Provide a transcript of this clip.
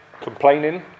complaining